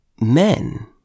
Men